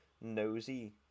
nosy